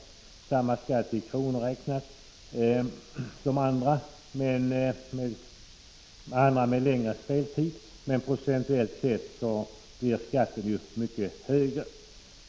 Banden åläggs samma skatt i kronor räknat som band med längre speltid, men procentuellt sett blir ju skatten mycket högre.